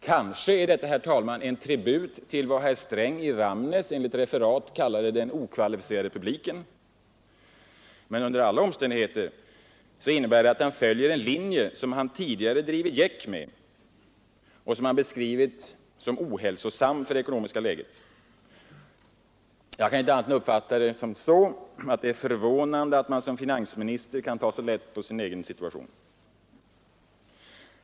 Kanske är detta, herr talman, en tribut till vad herr Sträng i Ramnäs enligt referat kallade ”den okvalificerade publiken”, men under alla omständigheter innebär det att han följer en linje som han tidigare drivit gäck med och beskrivit som ohälsosam för det ekonomiska läget. Jag kan inte annat än uppfatta det som så, att det är förvånande att man som finansminister kan ta så lätt på sin egen situation.